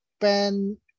Ben